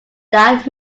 that